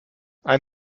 ein